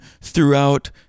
throughout